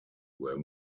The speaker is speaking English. were